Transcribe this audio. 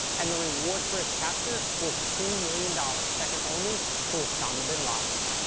and the reward for his capture was two million dollars second only to usama bin laden's.